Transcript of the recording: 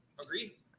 Agree